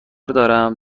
دارم